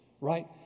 right